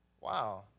wow